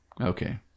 Okay